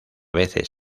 veces